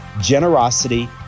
Generosity